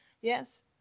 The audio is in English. yes